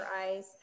eyes